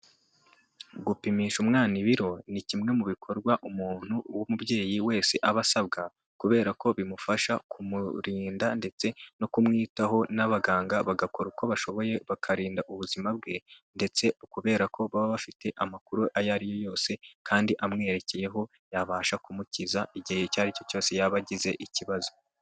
Gupimisha umwana ibiro ni kimwe mu bikorwa umuntu w'umubyeyi wese aba asabwa kubera ko bimufasha kumurinda ndetse no kumwitaho n'abaganga bagakora uko bashoboye, bakarinda ubuzima bwe ndetse kubera ko baba bafite amakuru ayo ari yo yose kandi amwerekeyeho yabasha kumukiza igihe icyo aricyo cyose yaba agize ikibazo.